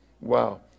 Wow